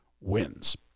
wins